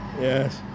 yes